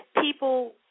people